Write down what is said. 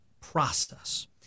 process